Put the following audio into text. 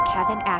Kevin